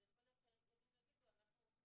אז יכול להיות שהארגונים יגידו שהם רוצים